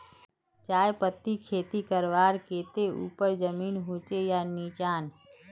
चाय पत्तीर खेती करवार केते ऊपर जमीन होचे या निचान?